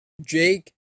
Jake